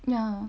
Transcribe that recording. ya